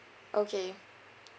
okay